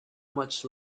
much